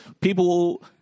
people